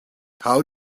how